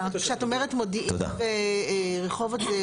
כשאת אומרת מודיעין ורחובות,